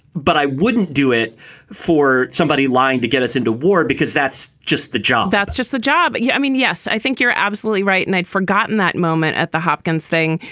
but i wouldn't do it for somebody lying to get us into war, because that's just the job that's just the job. yeah i mean, yes, i think you're absolutely right. and i'd forgotten that moment at the hopkins' thing.